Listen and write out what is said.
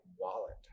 wallet